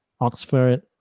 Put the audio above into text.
Oxford